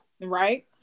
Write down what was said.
Right